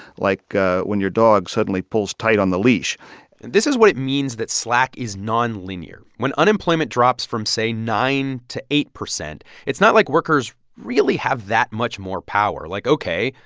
like ah when your dog suddenly pulls tight on the leash this is what it means that slack is nonlinear. when unemployment drops from, say, nine to eight percent, it's not like workers really have that much more power. like, ok,